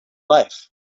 life